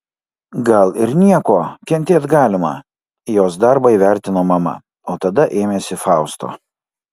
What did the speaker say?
gal ir nieko kentėt galima jos darbą įvertino mama o tada ėmėsi fausto